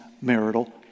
marital